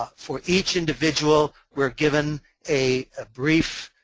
ah for each individual, we're given a ah brief,